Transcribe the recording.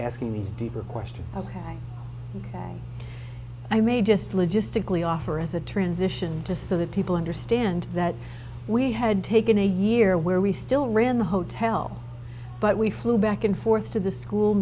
asking these deeper question ok i may just logistically offer as a transition just so that people understand that we had taken a year where we still ran the hotel but we flew back and forth to the school